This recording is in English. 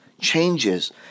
changes